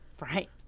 Right